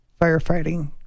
firefighting